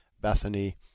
Bethany